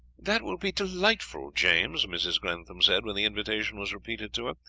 that will be delightful, james, mrs. grantham said, when the invitation was repeated to her.